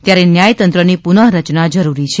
ત્યારે ન્યાયતંત્રની પુનઃરચના જરૂરી છે